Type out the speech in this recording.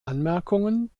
anmerkungen